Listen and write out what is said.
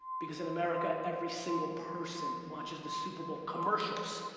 because in america, every single person watches the super bowl commercials.